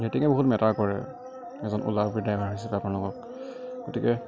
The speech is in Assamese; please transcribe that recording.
ৰেটিঙে বহুত মেটাৰ কৰে এজন অলা উবেৰ ড্ৰাইভাৰ হিচাবে আপোনালোকক গতিকে